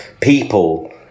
people